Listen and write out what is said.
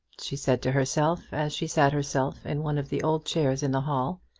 she said to herself, as she sat herself in one of the old chairs in the hall,